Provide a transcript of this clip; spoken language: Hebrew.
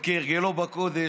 וכהרגלו בקודש,